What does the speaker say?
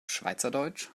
schweizerdeutsch